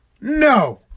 No